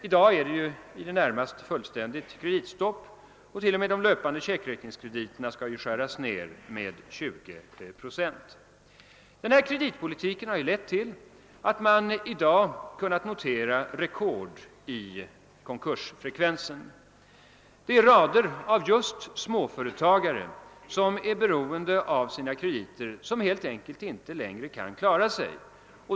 I dag är det ju i det närmaste fullständigt kreditstopp, och t.o.m. löpande checkräkningskrediter skall skäras ned med 20 procent. Denna kreditpolitik har lett till att i dag kan noteras rekord i konkursfrekvensen. Det finns rader just av småföretagare, vilka är beroende av sina krediter, som inte längre kan klara sig.